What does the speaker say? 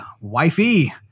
wifey